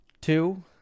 two